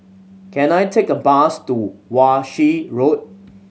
can I take a bus to Wan Shih Road